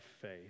faith